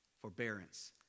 forbearance